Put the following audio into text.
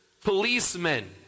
policemen